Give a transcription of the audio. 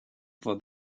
for